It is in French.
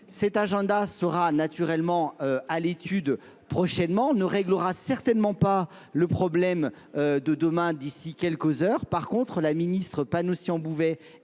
Cet agenda sera naturellement à l'étude prochainement, ne réglera certainement pas le problème de demain d'ici quelques heures. Par contre, la ministre Panossian-Bouvet